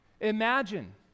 Imagine